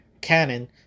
canon